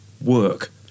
work